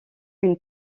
une